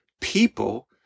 people